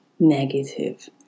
negative